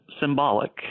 Symbolic